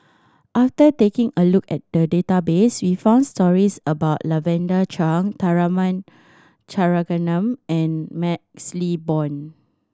after taking a look at the database we found stories about Lavender Chang Tharman Shanmugaratnam and MaxLe Blond